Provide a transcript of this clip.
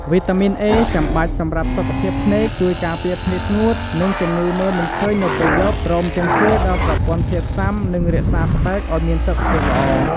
វីតាមីន A ចាំបាច់សម្រាប់សុខភាពភ្នែក ជួយការពារបញ្ហាភ្នែកស្ងួត និងជំងឺមើលមិនឃើញនៅពេលយប់ ព្រមទាំងជួយដល់ប្រព័ន្ធភាពស៊ាំ និងរក្សាស្បែកឲ្យមានសុខភាពល្អ។